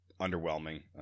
underwhelming